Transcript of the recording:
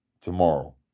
tomorrow